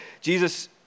Jesus